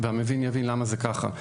והמבין יבין למה זה כך.